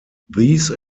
these